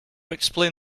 explain